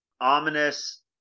ominous